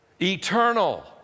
eternal